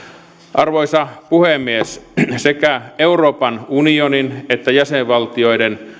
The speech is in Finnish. arvoisa puhemies sekä euroopan unionin että jäsenvaltioiden